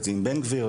עם בן גביר,